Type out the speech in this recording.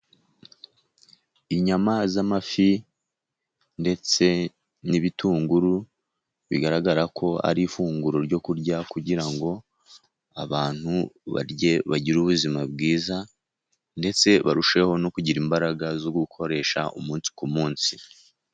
Inyama z'amafi ndetse n'ibitunguru, bigaragara ko ari ifunguro ryo kurya kugira ngo abantu barye, bagire ubuzima bwiza ,ndetse barusheho no kugira imbaraga zo gukoresha umunsi ku munsi.